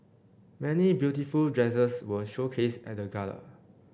many beautiful dresses were showcased at the Gala